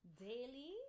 daily